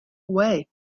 away